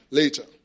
later